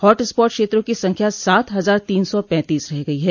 hot spot क्षेत्रों की संख्या सात हजार तीन सौ पैंतीस रह गई है